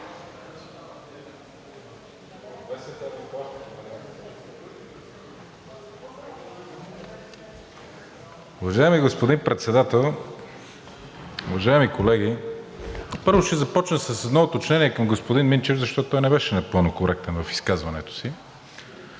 Уважаеми господин Председател, уважаеми колеги! Първо ще започна с едно уточнение към господин Минчев, защото той не беше напълно коректен в изказването си.